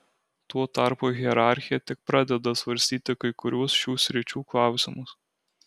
tuo tarpu hierarchija tik pradeda svarstyti kai kuriuos šių sričių klausimus